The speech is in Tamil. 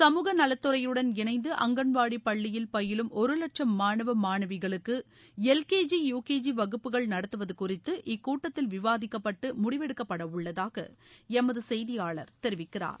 சமூக நலத்துறையுடன் இணைந்து அங்கன்வாடி பள்ளியில் பயிலும் ஒரு வட்சம் மாணவ மாணவிகளுக்கு L K G U K G வகுப்புகள் நடத்துவது குறித்து இக்கூட்டத்தில் விவாதிக்கப்பட்டு முடிவெடுக்கப்பட உள்ளதாக எமது செய்தியாளர் தெரிவிக்கிறார்